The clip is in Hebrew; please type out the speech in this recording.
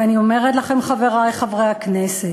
ואני אומרת לכם, חברי חברי הכנסת,